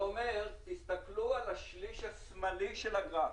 תסתכלו על השליש השמאלי של הגרף.